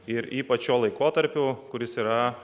ir ypač šiuo laikotarpiu kuris yra